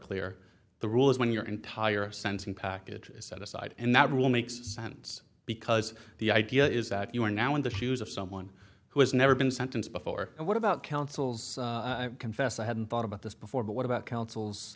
clear the rule is when your entire sensing package is set aside and that rule makes sense because the idea is that you are now in the shoes of someone who has never been sentenced before and what about counsel's confess i hadn't thought about this before but what about coun